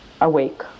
awake